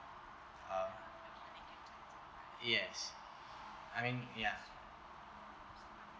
ah yes I mean ya